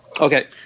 Okay